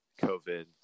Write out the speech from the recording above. COVID